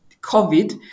COVID